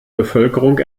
bevölkerung